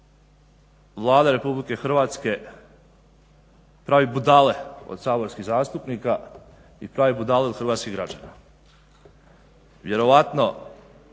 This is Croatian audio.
Vlada Republike Hrvatske pravi budale od saborskih zastupnika i pravi budale od hrvatskih građana.